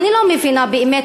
ואני לא מבינה באמת,